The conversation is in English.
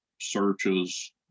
searches